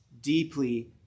deeply